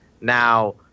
Now